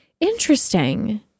Interesting